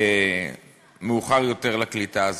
מאוחר יותר לקליטה הזאת.